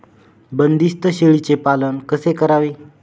बंदिस्त शेळीचे पालन कसे करावे?